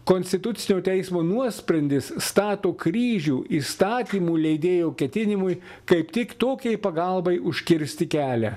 konstitucinio teismo nuosprendis stato kryžių įstatymų leidėjų ketinimui kaip tik tokiai pagalbai užkirsti kelią